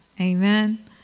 Amen